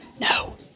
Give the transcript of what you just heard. No